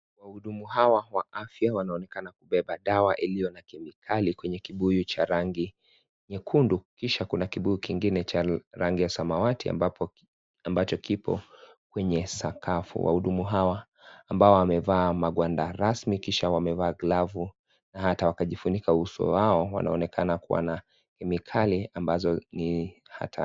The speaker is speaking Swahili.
Wahudumu hawa wa afya wanaonekana kubeba dawa iliyo na kemikali kwenye kibuyu cha rangi nyekundu, kisha kuna kibuyu kingine ambacho cha rangi ya samawati ambapo, ambacho kipo kwenye sakafu. Wahudumu hawa ambao wamevaa magwanda rasmi kisha wamevaa glove na hata wakajifunika uso wao. Wanaonekana kuwa na kemikali ambazo ni hatari.